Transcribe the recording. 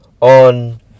on